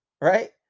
right